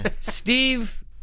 Steve